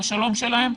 של השלום שלהם,